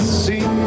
see